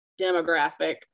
demographic